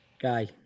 Guy